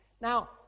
Now